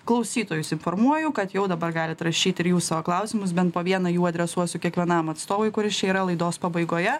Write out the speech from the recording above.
klausytojus informuoju kad jau dabar galit rašyt ir jūs savo klausimus bent po vieną jų adresuosiu kiekvienam atstovui kuris čia yra laidos pabaigoje